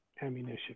ammunition